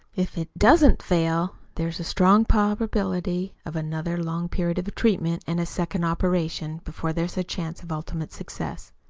if it doesn't fail there is a strong probability of another long period of treatment and a second operation, before there's a chance of ultimate success!